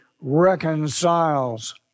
reconciles